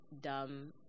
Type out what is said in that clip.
dumb